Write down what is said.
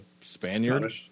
Spaniard